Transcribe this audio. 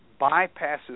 bypasses